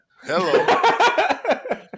Hello